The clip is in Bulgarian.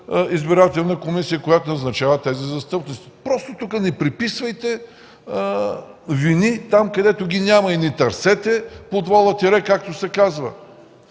избирателна комисия, която назначава тези застъпници. Просто тук не приписвайте вини там, където ги няма, и не търсете под вола теле, както се казва.